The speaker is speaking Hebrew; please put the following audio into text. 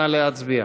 נא להצביע.